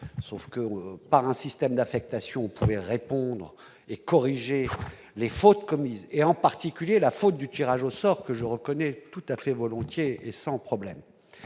sauf que par un système d'affectation pour répondre et corriger les fautes commises et en particulier la faute du tirage au sort que je reconnais tout à fait volontiers et sans problème,